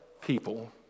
people